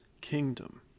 kingdom